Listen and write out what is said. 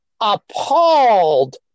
appalled